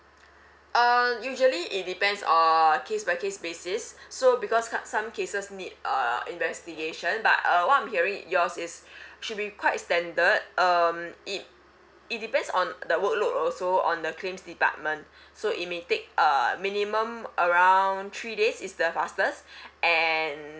uh usually it depends on case by case basis so because got some cases need uh investigation but uh what I'm hearing yours is should be quite standard um it it depends on the workload also on the claims department so it may take uh minimum around three days is the fastest and